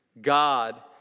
God